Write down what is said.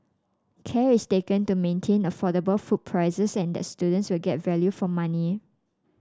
care is taken to maintain affordable food prices and that students will get value for money